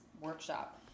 workshop